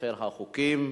לספר החוקים.